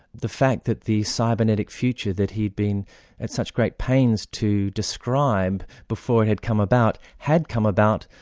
the fact that the cybernetic future that he'd been at such great pains to describe before it had come about, had come about,